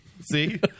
See